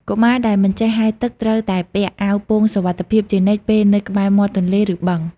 កុមារដែលមិនចេះហែលទឹកត្រូវតែពាក់ អាវពោងសុវត្ថិភាព ជានិច្ចពេលនៅក្បែរមាត់ទន្លេឬបឹង។